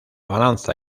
balanza